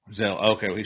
Okay